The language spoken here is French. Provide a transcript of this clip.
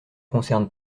concerne